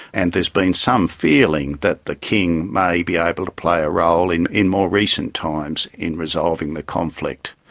and there has been some feeling that the king may be able to play a role in in more recent times in resolving the conflict.